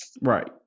Right